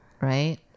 right